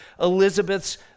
Elizabeth's